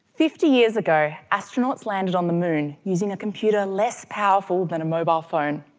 fifty years ago astronauts landed on the moon using a computer less powerful than a mobile phone.